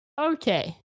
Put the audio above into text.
okay